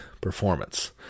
performance